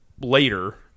later